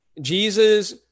Jesus